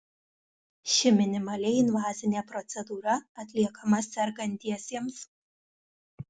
ši minimaliai invazinė procedūra atliekama sergantiesiems